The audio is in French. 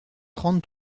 trente